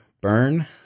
burn